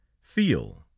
feel